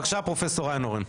בבקשה פרופסור איינהורן.